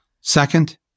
Second